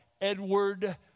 Edward